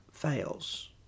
fails